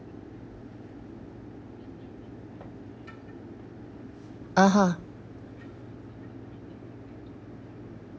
(uh huh)